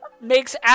makes